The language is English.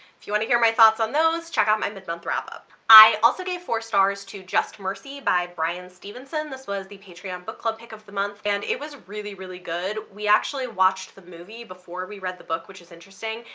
if you want to hear my thoughts on those check out my mid-month wrap up. i also gave four stars to just mercy by bryan stevenson. this was the patreon book club pick of the month and it was really really good. we actually watched the movie before we read the book which is interesting,